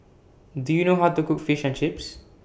Do YOU know How to Cook Fish and Chips